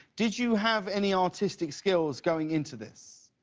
did you have any artistic skills going into this?